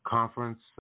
Conference